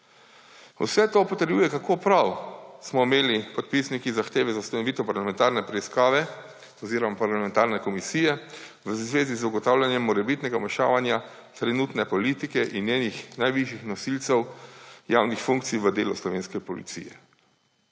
Vse to potrjuje, kako prav smo imeli podpisniki zahteve za ustanovitev parlamentarne preiskave oziroma parlamentarne komisije v zvezi z ugotavljanjem morebitnega vmešavanja trenutne politike in njenih najvišjih nosilcev javnih funkcij v delo slovenske policije.